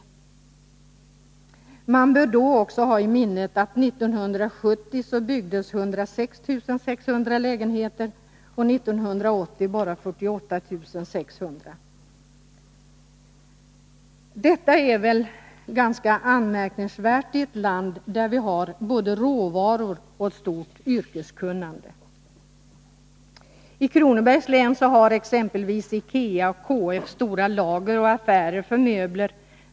Man bör också ha i minnet att 1970 byggdes 106 600 lägenheter och 1980 bara 48 600. Detta är väl ganska anmärkningsvärt i ett land där vi har både råvaror och ett stort yrkeskunnande. I Kronobergs län har exempelvis IKEA och KF stora lager och affärer för möbler.